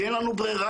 כי אין לנו ברירה.